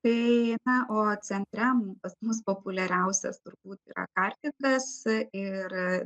tai na o centre pas mus populiariausias turbūt yra kartingas ir